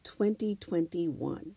2021